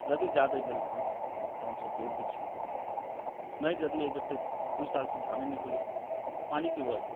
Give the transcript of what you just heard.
यदि जादे भेल धान तऽ हम सभ बेच दै छी नहि यदि एहि बेर तऽ दू साल से धाने नहि होइया पानिके वजह से